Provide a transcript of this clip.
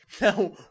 Now